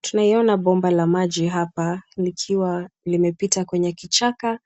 Tunaiona bomba la maji hapa likiwa limepita kwenye kichaka